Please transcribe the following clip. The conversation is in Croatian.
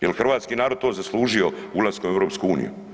Jel hrvatski narod to zaslužio ulaskom u EU?